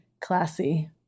classy